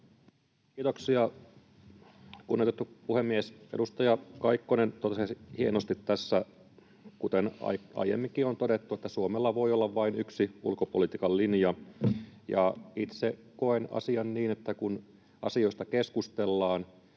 Kiitoksia, kunnioitettu puhemies! Edustaja Kaikkonen totesi hienosti tässä, kuten aiemminkin on todettu, että Suomella voi olla vain yksi ulkopolitiikan linja. Itse koen asian niin, että kun asioista keskustellaan,